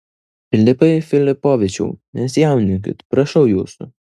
filipai filipovičiau nesijaudinkit prašau jūsų